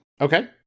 Okay